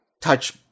touch